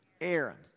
Aaron